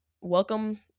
Welcome